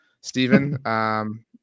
Stephen